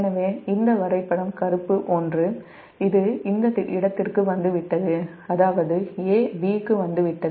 எனவே இந்த வரைபடம் கருப்பு ஒன்று இது இந்த இடத்திற்கு வந்துவிட்டது அதாவது 'A' 'B' க்கு வந்துவிட்டது